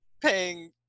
paying